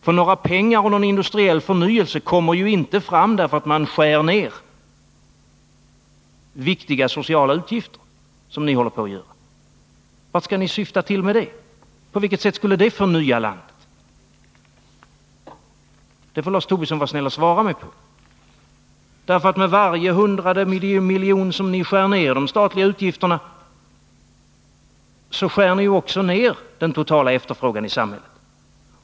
För några pengar för industriell förnyelse kommer inte fram genom att man skär ned viktiga sociala utgifter, något som ni nu håller på att göra. Vart syftar ni med detta? På vilket sätt skulle det förnya landet? Det får Lars Tobisson vara snäll och svara mig på. Med varje hundrade miljon som ni skär Nr 54 ned de statliga utgifterna med, så skär ni också ned den totala efterfrågan i landet.